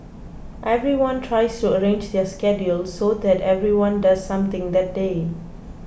everyone tries to arrange their schedules so that everyone does something that day